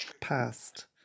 past